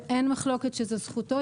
ואין מחלוקת שזאת זכותו,